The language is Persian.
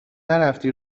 نرفتی